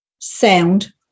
sound